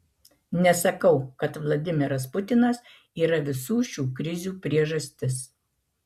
nesakau kad vladimiras putinas yra visų šių krizių priežastis